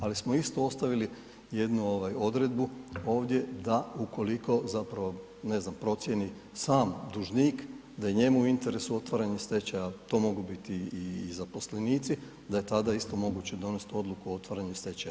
Ali smo isto ostavili jednu odredbu ovdje da ukoliko, ne znam procijeni sam dužnik da je njemu u interesu otvaranje stečaja, to mogu biti i zaposlenici da je tada isto moguće donest odluku o otvaranju stečaja.